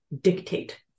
dictate